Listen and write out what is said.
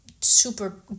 super